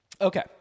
Okay